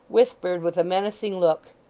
whispered with a menacing look,